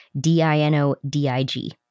D-I-N-O-D-I-G